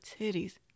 titties